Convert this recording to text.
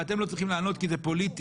ואתם לא צריכים לענות כי זה פוליטי,